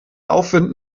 aufwind